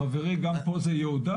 חברי, גם פה זה יהודה.